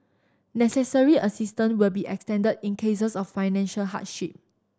necessary assistance will be extended in cases of financial hardship